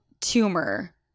tumor